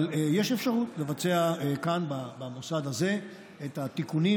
אבל יש אפשרות לבצע כאן במוסד הזה את התיקונים